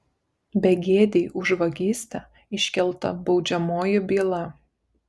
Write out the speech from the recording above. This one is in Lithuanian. begėdei už vagystę iškelta baudžiamoji byla